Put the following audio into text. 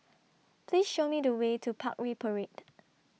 Please Show Me The Way to Parkway Parade